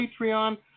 Patreon